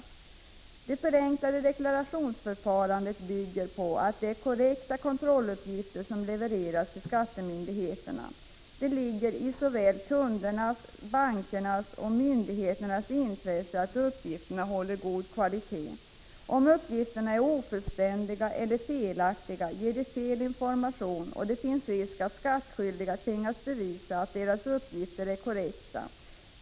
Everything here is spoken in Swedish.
Det förenklade deklarationsförfarandet bygger på att det är korrekta 7n kontrolluppgifter som levereras till skattemyndigheterna. Det ligger i såväl kundernas, bankernas som myndigheternas intresse att uppgifterna håller god kvalitet. Om uppgifterna är ofullständiga eller felaktiga, ger de fel information och det finns risk att skattskyldiga tvingas bevisa att deras uppgifter är korrekta.